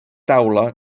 taula